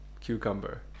cucumber